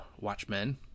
Watchmen